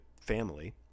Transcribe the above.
family